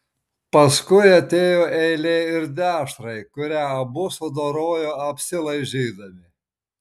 paskui atėjo eilė ir dešrai kurią abu sudorojo apsilaižydami